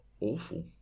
awful